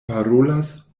parolas